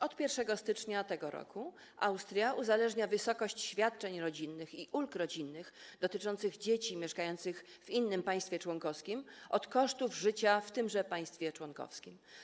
Od 1 stycznia tego roku Austria uzależnia wysokość świadczeń rodzinnych i ulg rodzinnych dotyczących dzieci mieszkających w innym państwie członkowskim od kosztów życia w tymże państwie członkowskim.